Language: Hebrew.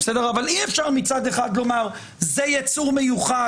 אבל אי-אפשר מצד אחד לומר שזה יצור מיוחד,